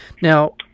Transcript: Now